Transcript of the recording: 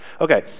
Okay